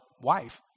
wife